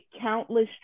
countless